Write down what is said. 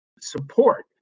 support